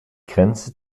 grenze